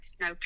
no